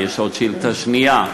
יש עוד שאלה שנייה.